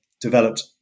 developed